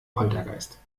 poltergeist